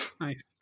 Nice